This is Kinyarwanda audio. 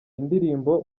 indirimbo